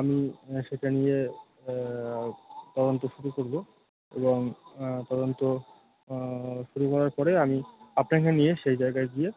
আমি সেটা নিয়ে তদন্ত শুরু করবো এবং তদন্ত শুরু হওয়ার পরে আমি আপনাকে নিয়ে সেই জায়গায় গিয়ে